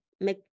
make